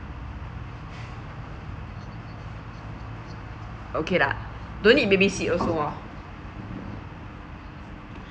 okay lah don't need baby sit also orh